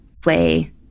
play